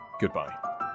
goodbye